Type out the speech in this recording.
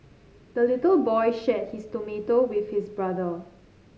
the little boy shared his tomato with his brother